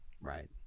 Right